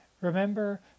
Remember